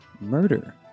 Murder